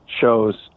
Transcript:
shows